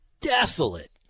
desolate